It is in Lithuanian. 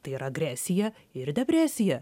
tai yra agresija ir depresija